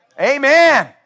Amen